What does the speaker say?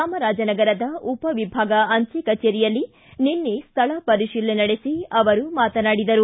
ಚಾಮರಾಜನಗರದ ಉಪ ವಿಭಾಗ ಅಂಚೆ ಕಚೇರಿಯಲ್ಲಿ ನಿನ್ನೆ ಸ್ಥಳ ಪರಿಶೀಲನೆ ನಡೆಸಿ ಅವರು ಮಾತನಾಡಿದರು